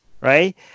Right